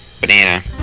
...banana